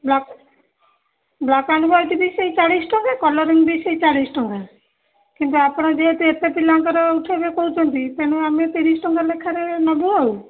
black and white ବି ସେଇ ଚାଳିଶ ଟଙ୍କା କଲରିଂ ବି ସେଇ ଚାଳିଶ ଟଙ୍କା କିନ୍ତୁ ଆପଣ ଯେହେତୁ ଏତେ ପିଲାଙ୍କର ଉଠାଇବେ କହୁଛନ୍ତି ତେଣୁ ଆମେ ତିରିଶ ଟଙ୍କା ଲେଖାରେ ନେବୁ ଆଉ